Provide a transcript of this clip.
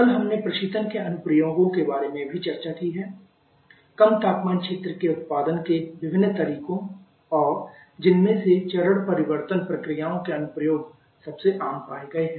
कल हमने प्रशीतन के अनुप्रयोगों के बारे में भी चर्चा की है कम तापमान क्षेत्र के उत्पादन के विभिन्न तरीकों और जिनमें से चरण परिवर्तन प्रक्रियाओं के अनुप्रयोग सबसे आम पाए गए हैं